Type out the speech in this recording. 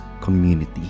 community